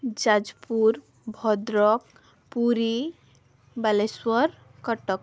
Jajpur Bhadrak Puri Balasore Cuttack